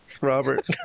Robert